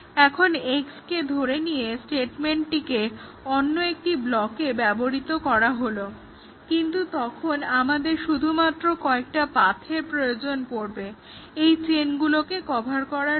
এখন X কে ধরে নিয়ে স্টেটমেন্টটি অন্য একটি ব্লকে ব্যবহৃত হয়েছে কিন্তু তখন আমাদের শুধুমাত্র কয়েকটা পাথের প্রয়োজন পড়বে এই চেইনগুলোকে কভার করার জন্য